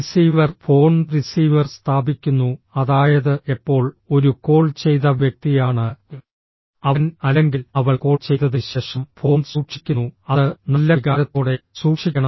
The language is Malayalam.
റിസീവർ ഫോൺ റിസീവർ സ്ഥാപിക്കുന്നു അതായത് എപ്പോൾ ഒരു കോൾ ചെയ്ത വ്യക്തിയാണ് അവൻ അല്ലെങ്കിൽ അവൾ കോൾ ചെയ്തതിന് ശേഷം ഫോൺ സൂക്ഷിക്കുന്നു അത് നല്ല വികാരത്തോടെ സൂക്ഷിക്കണം